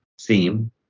theme